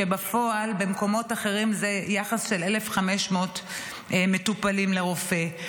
ובפועל במקומות אחרים זה יחס של 1,500 מטופלים לרופא.